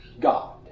God